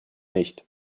nicht